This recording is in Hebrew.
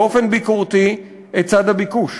באופן ביקורתי את צד הביקוש.